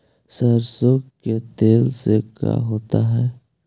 सरसों के तेल से का होता है?